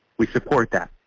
we support that.